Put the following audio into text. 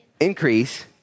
increase